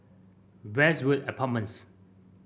Westwood Apartments